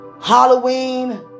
Halloween